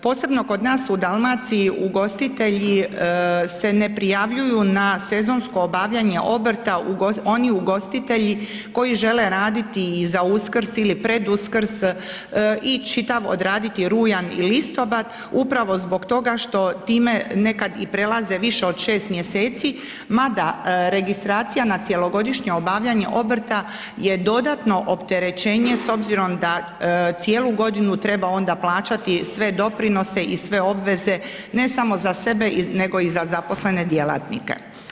Posebno kod nas u Dalmaciji ugostitelji se ne prijavljuju na sezonsko obavljanje obrta, oni ugostitelji koji žele raditi i za Uskrs i pred Uskrs i čitav odraditi rujan i listopad upravo zbog toga što time neka prelaze i više od 6 mjeseci, mada registracija na cjelogodišnje obavljanje obrta je dodatno opterećenje s obzirom da cijelu godinu treba onda plaćati sve doprinose i sve obveze ne samo za sebe nego i za zaposlene djelatnike.